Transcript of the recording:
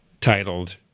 titled